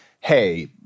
hey